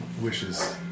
wishes